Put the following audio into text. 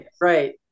Right